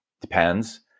depends